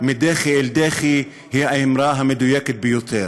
מדחי אל דחי היא האמרה המדויקת ביותר.